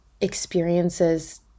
experiences